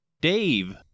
Dave